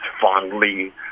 fondly